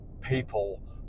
people